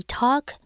talk